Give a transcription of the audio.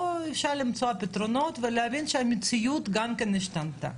או אפשר למצוא פתרונות ולהבין שהמציאות גם כן השתנתה.